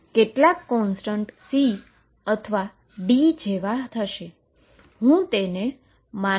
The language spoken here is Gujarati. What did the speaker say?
કેટલાક કોન્સ્ટન્ટ C અથવા D જેવા થશે